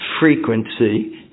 frequency